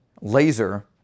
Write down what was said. laser